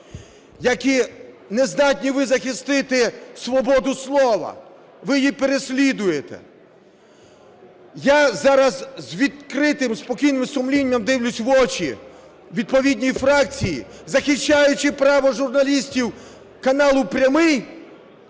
як і не здатні ви захистити свободу слова, ви її переслідуєте. Я зараз з відкритим спокійним сумлінням дивлюся в очі відповідній фракції, захищаючи право журналістів каналу "Прямий",